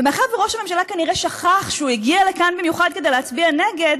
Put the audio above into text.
ומאחר שראש הממשלה כנראה שכח שהוא הגיע לכאן במיוחד כדי להצביע נגד,